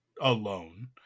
alone